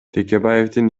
текебаевдин